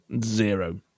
Zero